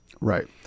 Right